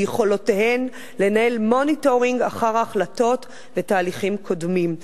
ביכולותיהן לנהל monitoring אחר ההחלטות בתהליכים קודמים.